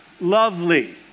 lovely